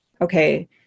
okay